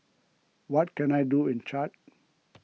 what can I do in Chad